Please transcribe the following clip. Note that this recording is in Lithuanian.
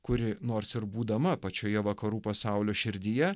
kuri nors ir būdama pačioje vakarų pasaulio širdyje